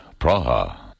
Praha